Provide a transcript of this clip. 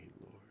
Lord